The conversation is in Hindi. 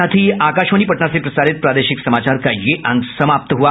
इसके साथ ही आकाशवाणी पटना से प्रसारित प्रादेशिक समाचार का ये अंक समाप्त हुआ